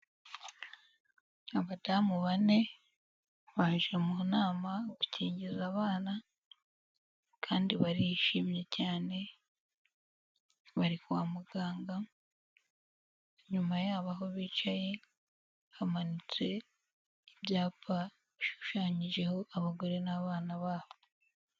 Abadamu bane baje mu nama gukingiza abana kandi barishimye cyane, bari kwa muganga, inyuma yabo aho bicaye hamanitse ibyapa bishushanyijeho abagore n'abana babo.